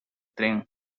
tren